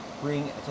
bring